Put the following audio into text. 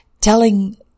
telling